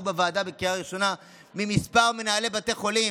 בוועדה בקריאה ראשונה מכמה מנהלי בתי חולים,